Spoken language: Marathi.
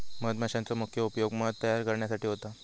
मधमाशांचो मुख्य उपयोग मध तयार करण्यासाठी होता